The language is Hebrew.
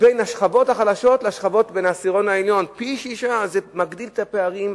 בין השכבות החלשות לבין העשירון העליון פי-שישה זה מגדיל את הפערים.